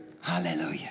Hallelujah